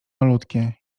malutkie